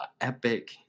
epic